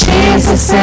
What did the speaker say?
Jesus